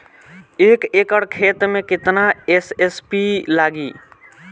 एक एकड़ खेत मे कितना एस.एस.पी लागिल?